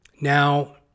now